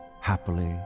happily